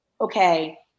okay